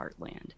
heartland